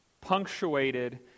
punctuated